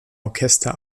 orchester